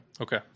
okay